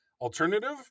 Alternative